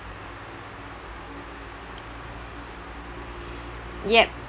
yup